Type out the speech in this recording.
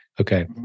okay